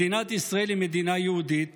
מדינת ישראל היא מדינה יהודית